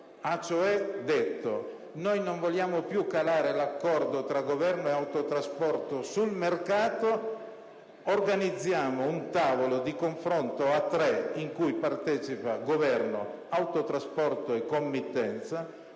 ha, cioè, detto di non voler più calare l'accordo tra Governo e autotrasporto nel mercato, ma di voler organizzare un tavolo di confronto a tre, a cui partecipassero Governo, autotrasporto e committenza.